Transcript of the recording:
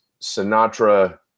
Sinatra